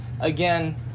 again